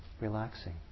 relaxing